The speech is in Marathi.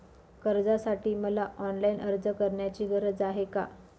कर्जासाठी मला ऑनलाईन अर्ज करण्याची गरज आहे का?